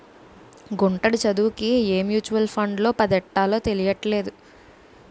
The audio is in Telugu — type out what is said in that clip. గుంటడి చదువుకి ఏ మ్యూచువల్ ఫండ్లో పద్దెట్టాలో తెలీట్లేదు